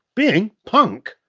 being punk!